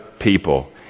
people